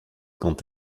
quand